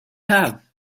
have